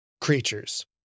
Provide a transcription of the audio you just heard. creatures